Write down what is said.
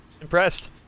impressed